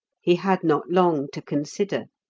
he had not long to consider.